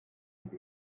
genug